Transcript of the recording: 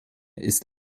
ist